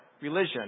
religion